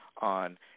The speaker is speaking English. on